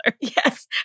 Yes